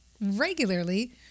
regularly